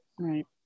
right